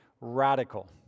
radical